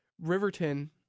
Riverton